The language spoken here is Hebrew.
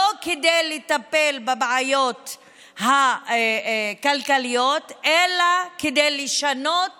לא כדי לטפל בבעיות הכלכליות, אלא כדי לשנות